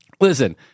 listen